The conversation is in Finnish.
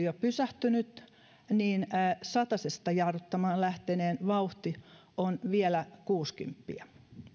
jo pysähtynyt satasesta jarruttamaan lähteneen vauhti on vielä kuusikymppiä